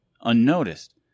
unnoticed